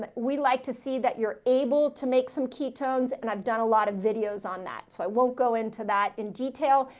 we like to see that you're able to make some ketones and i've done a lot of videos on that. so i won't go into that in detail,